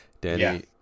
Danny